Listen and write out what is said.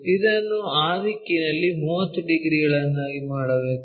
ಇದನ್ನು ಆ ದಿಕ್ಕಿನಲ್ಲಿ 30 ಡಿಗ್ರಿಗಳನ್ನಾಗಿ ಮಾಡಬೇಕು